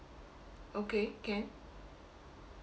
okay can